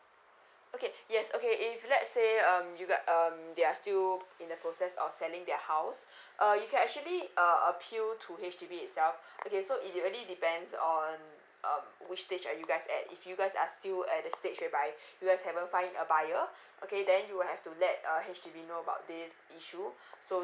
okay yes okay if let's say um you got um they are still in the process of selling their house uh you can actually uh appeal to H_D_B itself okay so it uh really depends on um which stage are you guys at if you guys are still at the stage whereby you guys haven't find a buyer okay then you will have to let uh H_D_B know about this issue so